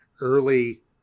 early